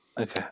Okay